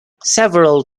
several